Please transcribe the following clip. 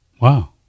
Wow